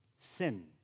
sin